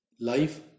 life